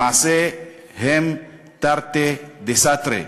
למעשה, הם תרתי דסתרי,